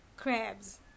crabs